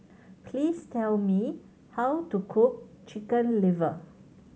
please tell me how to cook Chicken Liver